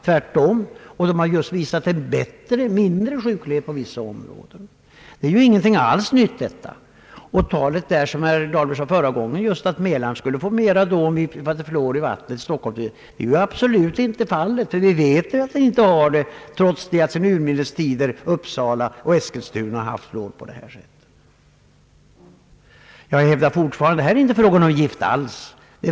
Tvärtom, man har just visat lägre sjuklighet i vissa sjukdomar. Detta är inte alls någonting nytt. Herr Dahlberg talade förra gången om att Mälaren skulle få mera fluor, om vi hade fluor i vattnet i Stockholm. Så blir absolut inte fallet.